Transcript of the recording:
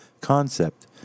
concept